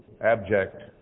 abject